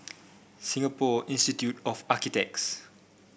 Singapore Institute of Architects